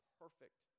perfect